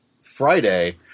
Friday